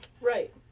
right